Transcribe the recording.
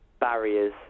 barriers